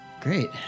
Great